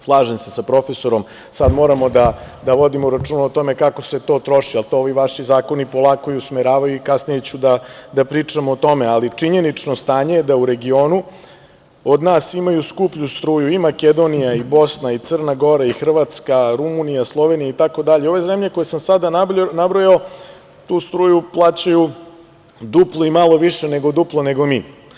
Slažem se sa profesorom, sad moramo da vodimo računa o tome kako se to troši, ali to ovi vaši zakoni polako i usmeravaju i kasnije ću da pričam o tome, ali činjenično stanje je da u regionu od nas imaju skuplju struju i Makedonija i Bosna, i Crna Gora i Hrvatska, Rumunija, Slovenija itd, ove zemlje koje sam sada nabrojao tu struju plaćaju duplo i malo više od duplog nego mi.